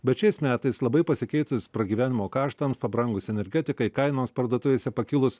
bet šiais metais labai pasikeitus pragyvenimo kaštams pabrangus energetikai kainos parduotuvėse pakilus